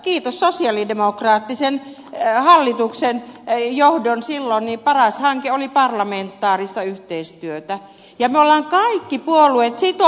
kiitos sosialidemokraattisen hallituksen johdon silloin paras hanke oli parlamentaarista yhteistyötä ja me olemme kaikki puolueet sitoutuneet siihen eikö niin